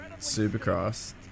Supercross